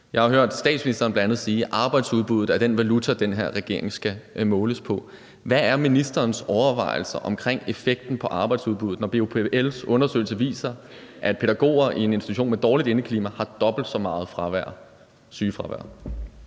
Jeg har bl.a. hørt statsministeren sige, at arbejdsudbuddet er den valuta, den her regering skal måles på. Hvad er ministerens overvejelser om effekten på arbejdsudbuddet, når BUPL's undersøgelse viser, at pædagoger i en institution med dårligt indeklima har dobbelt så meget sygefravær?